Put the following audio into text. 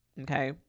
okay